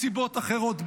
מסיבות אחרות.